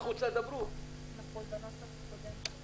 על הכלבים שיתוצפתו